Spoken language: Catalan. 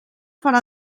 farà